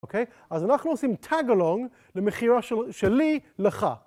אוקיי? אז אנחנו עושים Tag Along למכירה שלי לך.